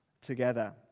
together